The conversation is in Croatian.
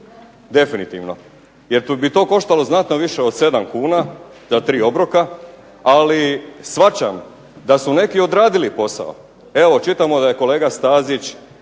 Definitivno. Jer bi to koštalo znatno više od 7 kuna, ta tri obroka, ali shvaćam da su neki odradili posao. Evo čitamo da je kolega Stazić